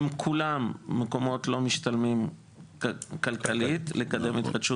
הן כולן במקומות לא משתלמים כלכלית לקדם התחדשות